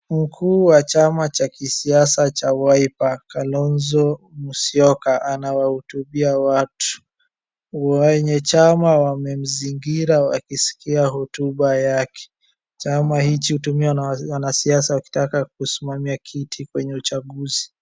Mkuu wa chama cha kisiasa cha Wiper Kalonzo Musyoka anawahutubia watu. Wanachamaa wamemzingira wakisikia hotuba yake. Chama hiki hutumiwa na wanasiasa wakitaka kusimamia kiti kwenye uchaguzi.